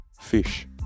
fish